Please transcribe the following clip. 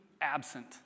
absent